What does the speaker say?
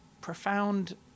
profound